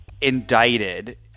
indicted